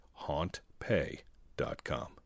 HauntPay.com